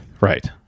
Right